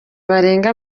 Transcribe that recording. barenga